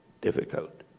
difficult